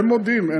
הם מודים,